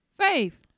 Faith